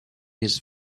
his